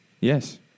Yes